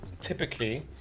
typically